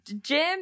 Jim